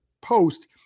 post